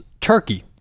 Turkey